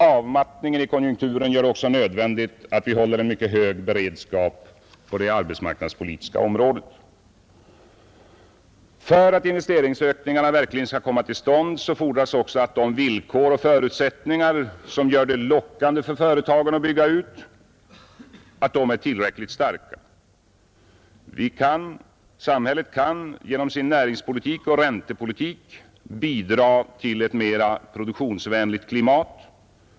Avmattningen i konjunkturen gör det också nödvändigt att vi håller en mycket hög beredskap på det arbetsmarknadspolitiska området. För att en investeringsökning verkligen skall komma till stånd fordras också att de villkor och förutsättningar som gör det lockande för företagen att bygga ut är tillräckligt starka. Samhället kan genom sin näringspolitik och räntepolitik bidra till ett mera produktionsvänligt klimat.